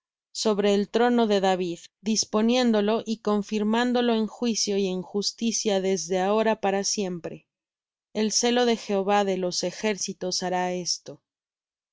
sobre el trono de david y sobre su reino disponiéndolo y confirmándolo en juicio y en justicia desde ahora para siempre el celo de jehová de los ejércitos hará esto el